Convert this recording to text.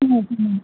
ம் okay ma'am